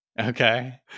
Okay